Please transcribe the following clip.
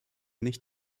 nicht